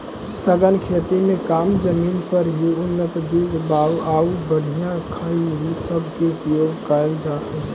सघन खेती में कम जमीन पर ही उन्नत बीज आउ बढ़ियाँ खाद ई सब के उपयोग कयल जा हई